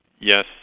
Yes